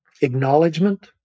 Acknowledgement